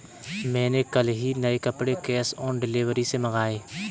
मैंने कल ही नए कपड़े कैश ऑन डिलीवरी से मंगाए